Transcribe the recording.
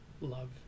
love